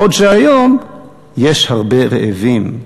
בעוד שהיום יש הרבה רעבים,